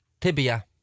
Tibia